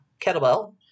kettlebell